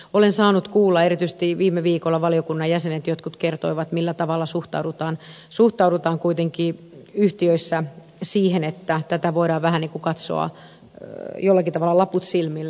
olen saanut kuulla erityisesti viime viikolla jotkut valiokunnan jäsenet kertoivat millä tavalla suhtaudutaan kuitenkin yhtiöissä siihen että tätä voidaan vähän niin kuin katsoa jollakin tavalla laput silmillä